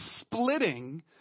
splitting